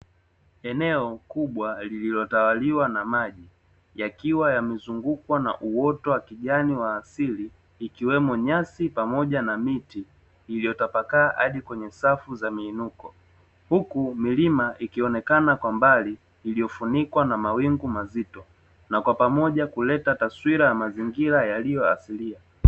Eneo kubwa lililotawaliwa na maji, yakiwa yamezungukwa na uoto wa kijani wa asili, ikiwemo nyasi pamoja na miti, iliyotapakaa hadi kwenye safu za miinuko. Huku milima ikionekana kwa mbali, iliyofunikwa na mawingu mazito. Na kwa pamoja kuleta taswira ya mazingira yaliyo asilia.